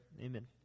Amen